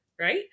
Right